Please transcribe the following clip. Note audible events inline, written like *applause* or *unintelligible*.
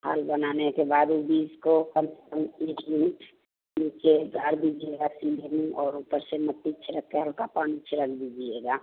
हाल बनाने के बाद ऊ बीज को कम से कम *unintelligible* इंच नीचे गाड़ दीजिएगा सीधे भी और ऊपर से मिट्टी छिड़क के हल्का पानी छिड़क दीजिएगा